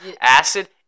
Acid